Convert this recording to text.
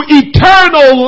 eternal